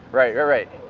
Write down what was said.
right, right, right,